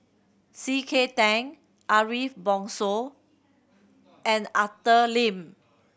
C K Tang Ariff Bongso and Arthur Lim